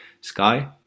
sky